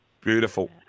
Beautiful